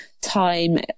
time